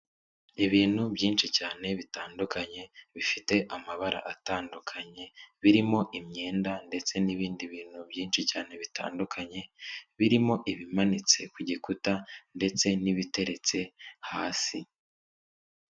Ibintu byinshi cyane bitandukanye bifite amabara atandukanye, birimo imyenda ndetse n'ibindi bintu byinshi cyane bitandukanye, birimo ibimanitse ku gikuta ndetse n'ibitereretse hasi.